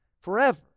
forever